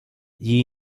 gli